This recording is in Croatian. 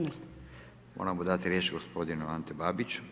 Moramo dati riječ gospodinu Antu Babiću.